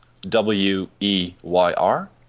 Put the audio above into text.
W-E-Y-R